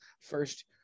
first